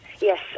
Yes